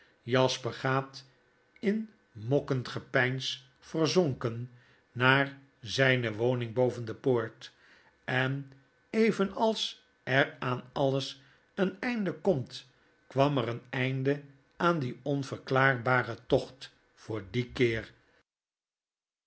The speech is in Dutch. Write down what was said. jasper gaat in mokkend gepeins verzonken het geheim van edwin dkood naar zjjne woning boven de poort en even als er aan alles een einde komt kwam ereen einde aan dien onverklaarbaren tocht voor dien keer